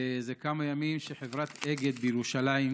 זה כמה ימים שחברת אגד בירושלים,